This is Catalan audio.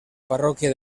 parròquia